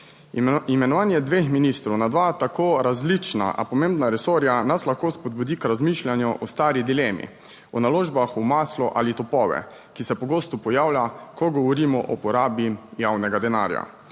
imenovanje dveh ministrov na dva tako različna, a pomembna resorja, nas lahko spodbudi k razmišljanju o stari dilemi: o naložbah v maslo ali topove, ki se pogosto pojavlja, ko govorimo o porabi javnega denarja.